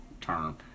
term